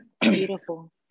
Beautiful